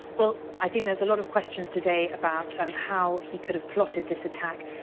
well, i think there's a lot of questions today about um how he could've plotted this attack.